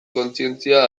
kontzientzia